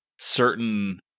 certain